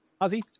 Ozzy